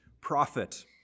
prophet